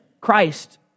Christ